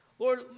Lord